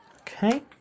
okay